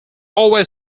always